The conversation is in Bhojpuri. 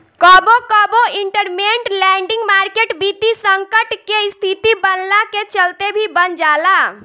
कबो कबो इंटरमेंट लैंडिंग मार्केट वित्तीय संकट के स्थिति बनला के चलते भी बन जाला